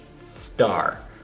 star